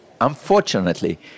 unfortunately